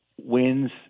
wins